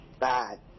bad